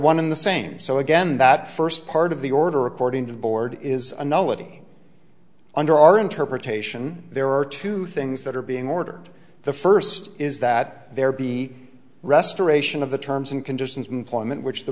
one in the same so again that first part of the order according to the board is under our interpretation there are two things that are being ordered the first is that there be restoration of the terms and conditions of employment which the